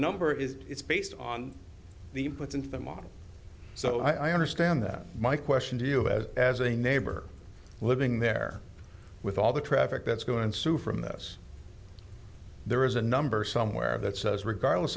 number is it's based on the inputs into the model so i understand that my question to you as as a neighbor living there with all the traffic that's going through from this there is a number somewhere that says regardless